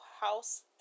house